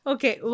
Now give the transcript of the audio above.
Okay